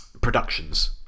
productions